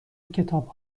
کتاب